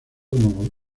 como